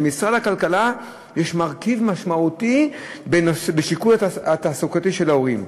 למשרד הכלכלה יש מרכיב משמעותי בשיקול התעסוקתי של ההורים,